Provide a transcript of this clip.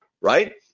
right